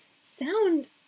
sound